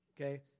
okay